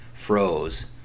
froze